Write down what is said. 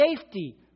safety